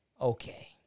okay